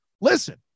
Listen